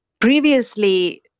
Previously